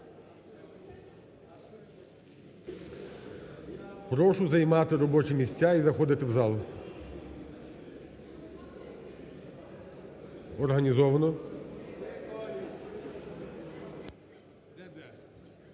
Прошу займати робочі місця і заходити в зал. Організовано.